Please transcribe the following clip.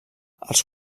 els